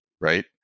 right